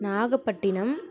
Nagapattinam